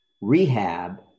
rehab